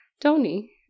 tony